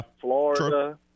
Florida